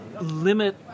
limit